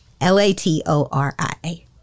L-A-T-O-R-I-A